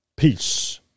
Peace